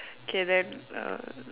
okay then uh